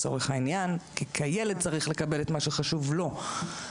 כי הילד צריך לקבל את מה שחשוב לו.